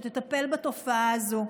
שתטפל בתופעה הזו.